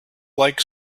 like